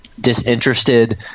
disinterested